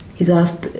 he's asked,